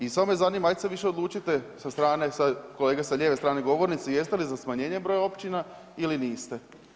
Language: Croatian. I samo me zanima, ajd se više odlučite sa strane, kolega sa lijeve strane govornice, jeste li za smanjenje broja općina ili niste.